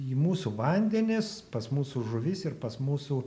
į mūsų vandenis pas mūsų žuvis ir pas mūsų